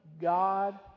God